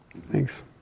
Thanks